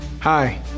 Hi